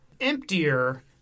emptier